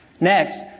Next